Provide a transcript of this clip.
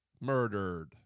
murdered